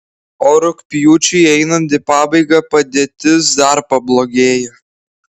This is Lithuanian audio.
o rugpjūčiui einant į pabaigą padėtis dar pablogėjo